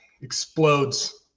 explodes